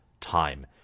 time